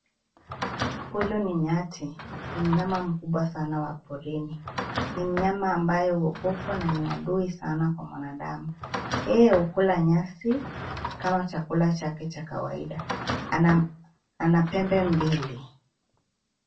Huyu ni nyati, ni mnyama mkubwa sana wa porini. Ni mnyama ambaye uogopwa na ni adui sana kwa mwanadamu. Yeye ukula nyasi kama chakula chake cha kawaida, na ana pembe mbili.